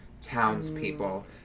townspeople